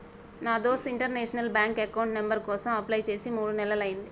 నా దోస్త్ international bank account number కోసం అప్లై చేసి మూడు నెలలయ్యింది